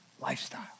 lifestyle